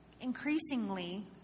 increasingly